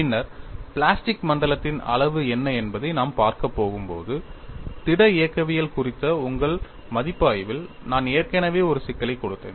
பின்னர் பிளாஸ்டிக் மண்டலத்தின் அளவு என்ன என்பதை நாம் பார்க்கப் போகும் போது திட இயக்கவியல் குறித்த உங்கள் மதிப்பாய்வில் நான் ஏற்கனவே ஒரு சிக்கலைக் கொடுத்தேன்